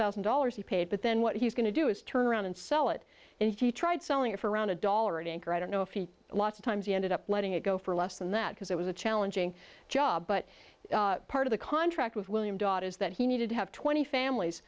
thousand dollars he paid but then what he's going to do is turn around and sell it and he tried selling it for around a dollar an anchor i don't know if he lots of times he ended up letting it go for less than that because it was a challenging job but part of the contract with william daughter is that he needed to have twenty families